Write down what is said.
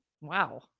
wow